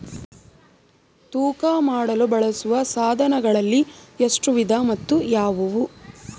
ತೂಕ ಮಾಡಲು ಬಳಸುವ ಸಾಧನಗಳಲ್ಲಿ ಎಷ್ಟು ವಿಧ ಮತ್ತು ಯಾವುವು?